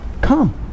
come